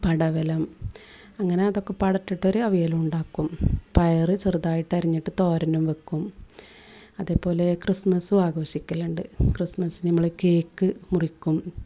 പടവലം അങ്ങനെ അതൊക്കെ പടറ്റിട്ടൊരവിയലുണ്ടാക്കും പയറ് ചെറുതായിട്ടരിഞ്ഞിട്ടു തോരനും വെക്കും അതേപോലെ ക്രിസ്മസ്സും ആഘോഷിക്കലുണ്ട് ക്രിസ്മസ്സിനു നമ്മൾ കേക്ക് മുറിക്കും